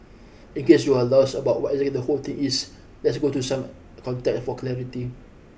in case you're lost about what exactly the whole thing is let's go through some contact for clarity